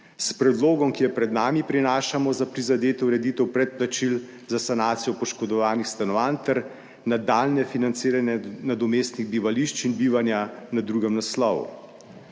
S predlogom, ki je pred nami prinašamo za prizadeto ureditev predplačil za sanacijo poškodovanih stanovanj ter nadaljnje financiranje nadomestnih bivališč in bivanja na drugem naslovu.